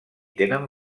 tenen